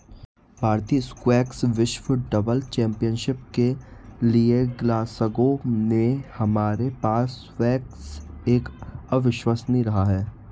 भारतीय स्क्वैश विश्व doubles championship के लिएग्लासगो में हमारे पास स्क्वैश एक अविश्वसनीय रहा है